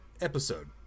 episode